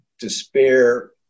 despair